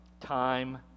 time